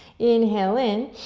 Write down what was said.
inhale in,